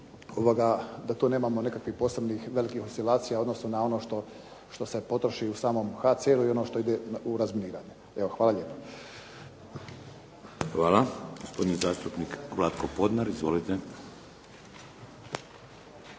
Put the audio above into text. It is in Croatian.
da tu nemamo nekakvih posebnih, velikih oscilacija u odnosu na ono što se potroši u samom HCR-u i ono što ide u razminiranje. Evo, hvala lijepa. **Šeks, Vladimir (HDZ)** Hvala. Gospodin zastupnik Vlatko Podnar. Izvolite.